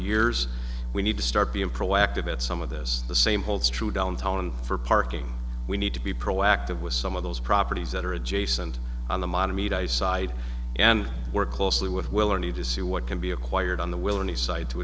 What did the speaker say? years we need to start being proactive at some of this the same holds true downtown for parking we need to be proactive with some of those properties that are adjacent on the model meat ice side and work closely with well our need to see what can be acquired on the will of the site to